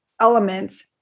elements